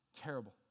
terrible